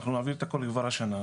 אנחנו נעביר את הכל כבר השנה.